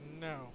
no